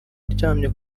aryamye